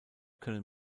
können